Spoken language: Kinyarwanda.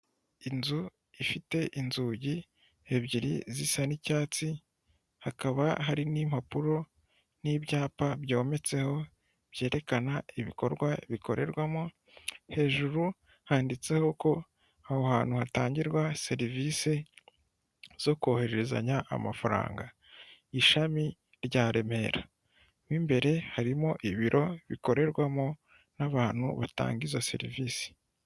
Inzu ifite inzugi ebyiri zisa n'icyatsi, hakaba hari n'impapuro n'ibyapa byometseho byerekana ibikorwa bikorerwamo. hejuru handitseho ko aho hantu hatangirwa serivise zo kohererezanya amafaranga. Ishami rya Remera mw’imbere harimo ibiro bikorerwamo n’ abantu batanga izo serivisi